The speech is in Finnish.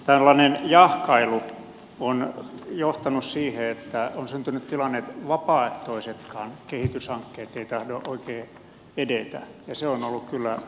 tällainen jahkailu on johtanut siihen että on syntynyt tilanne että vapaaehtoisetkaan kehityshankkeet eivät tahdo oikein edetä ja se on ollut kyllä negatiivinen tilanne